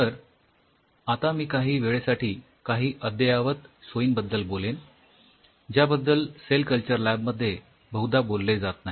तर आता मी काही वेळेसाठी काही अद्ययावत सोयींबद्दल बोलेन ज्याबद्दल सेल कल्चर लॅब मध्ये बहुदा बोलले जात नाही